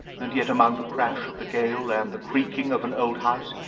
and yet, among the crash of the gale and the creaking of an old house,